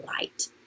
light